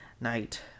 night